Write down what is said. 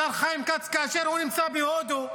השר חיים כץ, כאשר הוא נמצא בהודו.